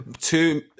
two